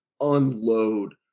unload